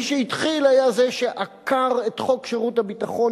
מי שהתחיל היה זה שעקר את חוק שירות הביטחון